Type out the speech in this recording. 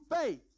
faith